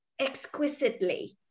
exquisitely